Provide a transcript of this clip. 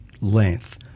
length